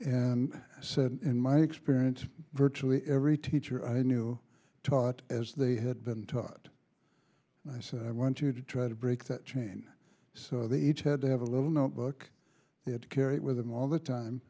and i said in my experience virtually every teacher i knew taught as they had been taught and i said i want you to try to break that chain so they each had to have a little notebook they had to carry with them all the time